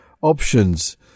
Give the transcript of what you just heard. options